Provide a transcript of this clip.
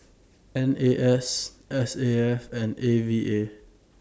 N A S S A F and A V A